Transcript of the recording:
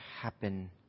happen